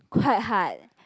quite hard